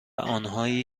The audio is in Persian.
آنهایی